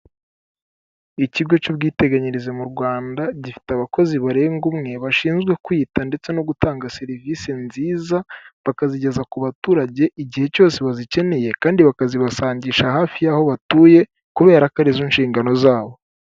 Ikigo cy'ubwiteganyirize mu rwanda gifite abakozi barenga umwe bashinzwe kwita ndetse no gutanga serivisi nziza bakazigeza ku baturage igihe cyose bazikeneye kandi bakazi basangishas hafi'aho batuye kubera ko arizo nshingano zabo.